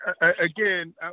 Again